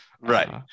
right